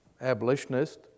abolitionist